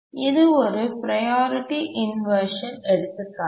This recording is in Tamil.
இது ஒரு ப்ரையாரிட்டி இன்வர்ஷன் எடுத்துக்காட்டு